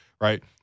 right